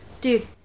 dude